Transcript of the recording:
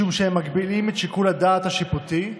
משום שהם מגבילים את שיקול הדעת השיפוטי,